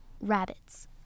rabbits